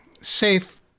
safe